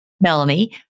Melanie